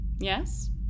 Yes